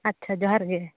ᱟᱪᱪᱷᱟ ᱡᱚᱦᱟᱨ ᱜᱮ